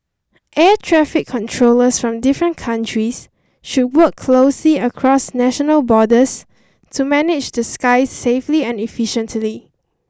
air traffic controllers from different countries should work closely across national borders to manage the skies safely and efficiently